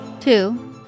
two